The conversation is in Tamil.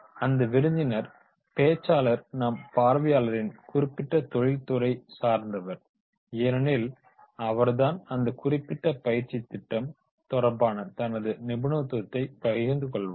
அந்த விருந்தினர் பேச்சாளர் நம் பார்வையாளர்களின் குறிப்பிட்ட தொழில்துறை சார்ந்தவர் ஏனெனில் அவர்தான் அந்த குறிப்பிட்ட பயிற்சி திட்டம் தொடர்பான தனது நிபுணத்துவத்தைப் பகிர்ந்துக் கொள்வார்